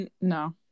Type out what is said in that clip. no